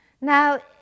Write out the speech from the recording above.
Now